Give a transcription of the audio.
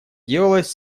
делалось